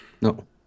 No